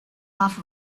half